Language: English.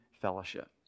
fellowship